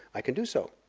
i can do so.